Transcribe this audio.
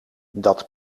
dat